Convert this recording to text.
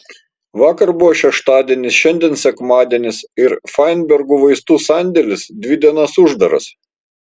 vakar buvo šeštadienis šiandien sekmadienis ir fainbergų vaistų sandėlis dvi dienas uždaras